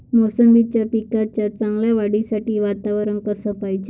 मोसंबीच्या पिकाच्या चांगल्या वाढीसाठी वातावरन कस पायजे?